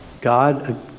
God